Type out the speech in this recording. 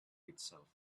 itself